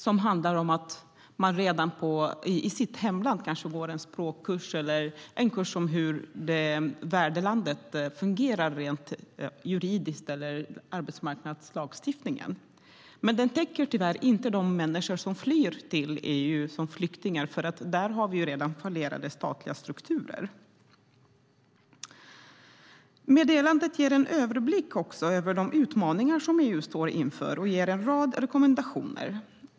Det handlar om att man redan i sitt hemland går en språkkurs eller kurs om hur värdlandet fungerar juridiskt, till exempel när det gäller arbetsmarknadslagstiftning. Tyvärr täcker det inte in de människor som flyr till EU, för i de fallen handlar det om fallerade statliga strukturer. Meddelandet ger också en överblick över de utmaningar som EU står inför och ger en rad rekommendationer.